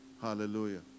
Hallelujah